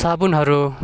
साबुनहरू